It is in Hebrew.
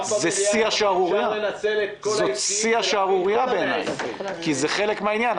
זה שיא השערורייה בעיניי כי זה חלק מן העניין.